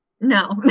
no